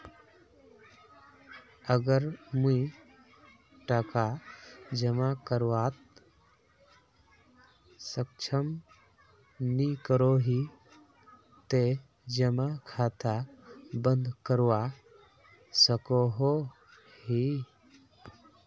अगर मुई टका जमा करवात सक्षम नी करोही ते जमा खाता बंद करवा सकोहो ही?